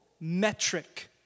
metric